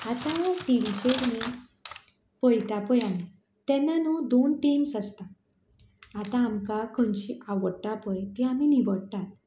आतां टिवीचेर न्ही पयता पय आमी तेन्ना न्हू दोन टिम्स आसता आतां आमकां खंयची आवडटा पय ती आमी निवडटात